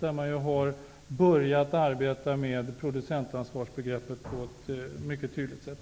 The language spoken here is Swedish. där man har börjat arbeta med producentansvarsbegreppet på ett mycket tydligt sätt.